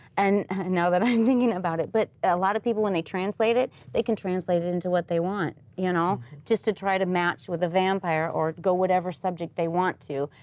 and and now that i'm thinking about. it but a lot of people when they translate it, they can translate it into what twhe want you know just to try to match with a vampire or go whatever subject they want to.